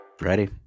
Ready